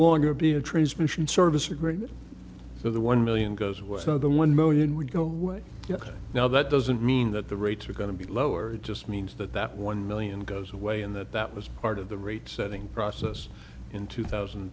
longer be a transmission service agreement for the one million goes well so the one million would go away now that doesn't mean that the rates are going to be lower it just means that that one million goes away and that that was part of the rate setting process in two thousand